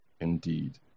indeed